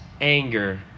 anger